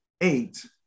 eight